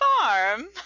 farm